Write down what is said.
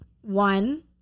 One